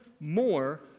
more